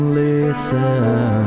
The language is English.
listen